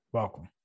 welcome